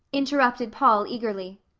interrupted paul eagerly.